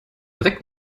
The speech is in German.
dreck